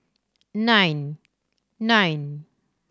nine nine